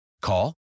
Call